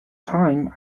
time